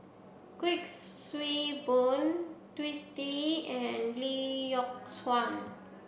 Kuik Swee Boon Twisstii and Lee Yock Suan